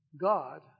God